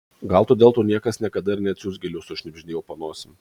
gal todėl tau niekas niekada ir neatsiųs gėlių sušnibždėjau po nosim